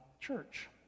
church